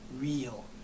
real